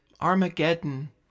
Armageddon